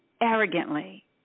arrogantly